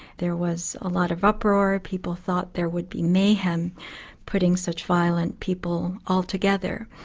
there was a lot of uproar, people thought there would be mayhem putting such violent people all together.